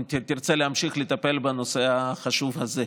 אם תרצה להמשיך לטפל בנושא החשוב הזה.